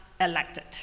elected